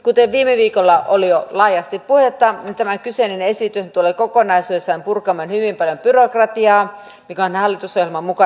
kuten viime viikolla oli jo laajasti puhetta niin tämä kyseinen esityshän tulee kokonaisuudessaan purkamaan hyvin paljon byrokratiaa mikä on hallitusohjelman mukainen tavoite